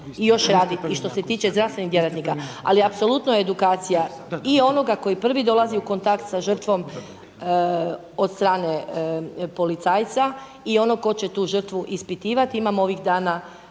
i još raditi i što se tiče i zdravstvenih djelatnika. Ali apsolutno edukacija i onoga koji prvi dolazi u kontakt sa žrtvom od strane policajca i onog tko će tu žrtvu ispitivati. Imamo ovih dana